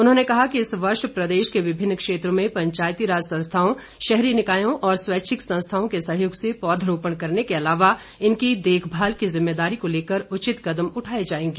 उन्होंने कहा कि इस वर्ष प्रदेश के विभिन्न क्षेत्रों में पंचायतीराज संस्आाओं शहरी निकायों और स्वैच्छिक संस्थाओं के सहयोग से पौधरोपण करने के अलावा इनकी देखभाल की जिम्मेदारी को लेकर उचित कदम उठाए जाएंगे